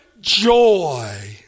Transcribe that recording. joy